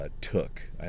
took